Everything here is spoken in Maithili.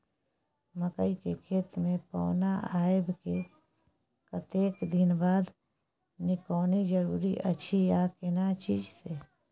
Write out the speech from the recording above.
मकई के खेत मे पौना आबय के कतेक दिन बाद निकौनी जरूरी अछि आ केना चीज से?